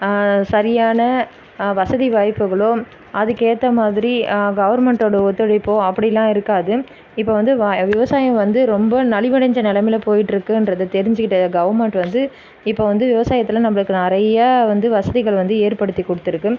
சரியான வசதி வாய்ப்புகளும் அதுக்கு ஏற்ற மாதிரி கவர்மென்டோட ஒத்துழைப்பும் அப்படில்லா இருக்காது இப்போ வந்து வ விவசாயம் வந்து ரொம்ப நலிவடைஞ்ச நிலமையில போயிட்டுருக்குன்றத தெரிஞ்சிக்கிட்ட கவர்மென்ட் வந்து இப்போ வந்து விவசாயத்தில் நம்பளுக்கு நிறைய வந்து வசதிகள் வந்து ஏற்படுத்திக் கொடுத்துருக்கு